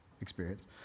experience